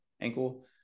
ankle